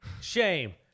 Shame